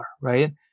Right